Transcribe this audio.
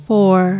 Four